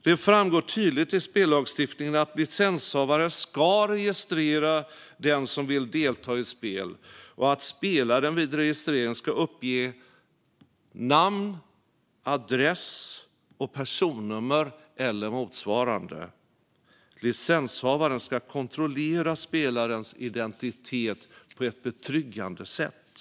Det framgår tydligt i spellagstiftningen att licenshavare ska registrera den som vill delta i spel och att spelaren vid registreringen ska uppge namn, adress och personnummer eller motsvarande. Licenshavaren ska kontrollera spelarens identitet på ett betryggande sätt.